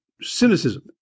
cynicism